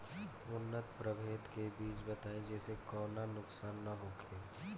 उन्नत प्रभेद के बीज बताई जेसे कौनो नुकसान न होखे?